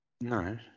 No